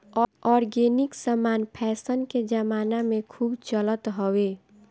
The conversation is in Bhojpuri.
ऑर्गेनिक समान फैशन के जमाना में खूब चलत हवे